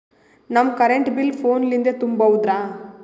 ನಮ್ current bill ಫೋನ ಲಿಂದೇ ತುಂಬೌದ್ರಾ?